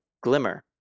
Glimmer